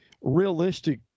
realistic